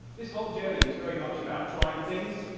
this whole journey was very much about trying things